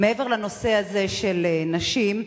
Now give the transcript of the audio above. מעבר לנושא הזה של נשים,